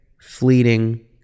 fleeting